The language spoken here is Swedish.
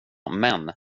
men